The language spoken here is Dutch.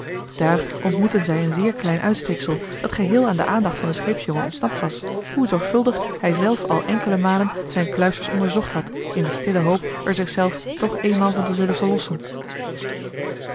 daar ontmoetten zij een zeer klein uitsteeksel dat geheel aan de aandacht van den scheepsjongen ontsnapt was hoe zorgvuldig hij zelf al enkele malen zijn kluisters onderzocht had in de joh h been paddeltje de scheepsjongen van michiel de ruijter stille hoop er zichzelf toch eenmaal van te zullen verlossen